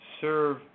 serve